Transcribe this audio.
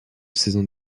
saison